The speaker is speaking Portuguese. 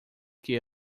que